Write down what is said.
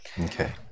Okay